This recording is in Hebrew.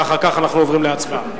ואחר כך אנחנו עוברים להצבעה.